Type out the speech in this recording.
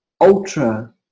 ultra